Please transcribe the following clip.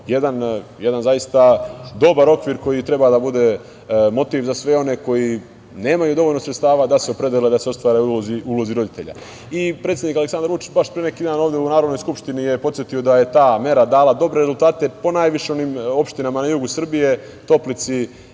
jedan dobar okvir koji treba da bude motiv za sve one koji nemaju dovoljno sredstava da se opredele da se ostvare u ulozi roditelja. Predsednik Aleksandar Vučić je baš pre neki dan ovde u Narodnoj skupštini podsetio da je ta mera dala dobre rezultate po najvišim opštinama na jugu Srbije, Toplici